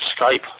Skype